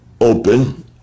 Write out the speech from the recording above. open